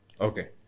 Okay